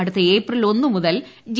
അടുത്ത ഏപ്രിൽ ഒന്നു മുതൽ ജി